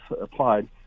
applied